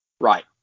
Right